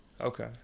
Okay